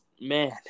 man